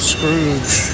Scrooge